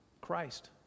Christ